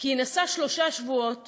היא נסעה שלושה שבועות